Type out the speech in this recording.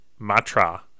matra